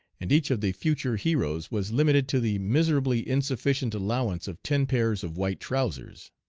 and each of the future heroes was limited to the miserably insufficient allowance of ten pairs of white trousers.